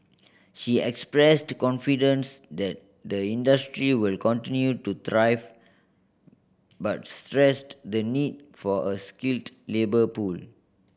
she expressed confidence that the industry will continue to thrive but stressed the need for a skilled labour pool